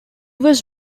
was